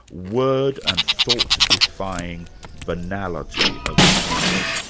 word-and-thought-defying banality of evil.